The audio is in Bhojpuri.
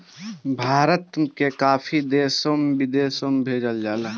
भारत के काफी देश विदेश में भेजल जाला